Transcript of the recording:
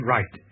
Right